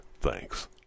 thanks